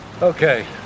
Okay